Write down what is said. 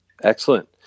Excellent